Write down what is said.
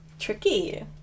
Tricky